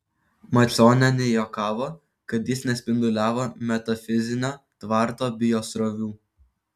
macionienė juokavo kad jis nespinduliavo metafizinio tvarto biosrovių